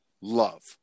love